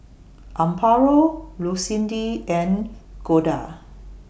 Amparo Lucindy and Golda